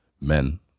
men